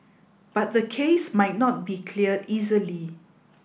but the case might not be cleared easily